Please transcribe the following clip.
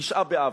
תשעה באב,